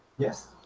yes,